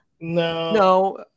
No